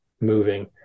moving